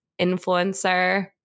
influencer